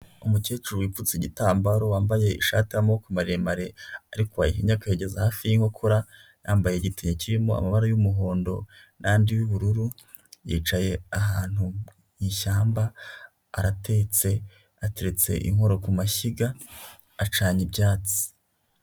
Umukecuru wipfutse igitambaro wambaye ishati y'amaboko maremare ariko wayihinnye akageza hafi yinkokora ,yambaye igitenge kirimo amabara y'umuhondo n'andi y' ubururu, yicaye ahantu mu ishyamba, aratetse ateretse inkono ku mashyiga acanye ibyatsi.